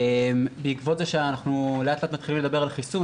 בעקבות זה שמדברים על חיסון